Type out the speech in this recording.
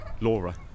Laura